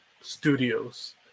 studios